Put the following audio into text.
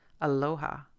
Aloha